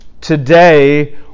today